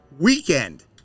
weekend